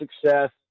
success